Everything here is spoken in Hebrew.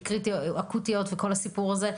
אקוטיות וכל הסיפור הזה.